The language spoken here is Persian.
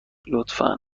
لطفا